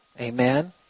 Amen